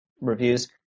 reviews